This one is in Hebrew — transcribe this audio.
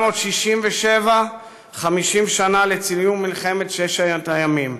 1967, 50 שנים לציון מלחמת ששת הימים.